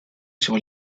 sur